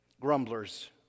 Grumblers